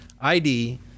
ID